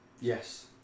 Yes